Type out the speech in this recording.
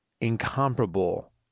Incomparable